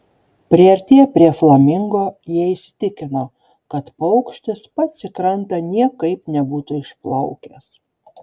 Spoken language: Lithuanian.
priartėję prie flamingo jie įsitikino kad paukštis pats į krantą niekaip nebūtų išplaukęs